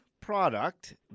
product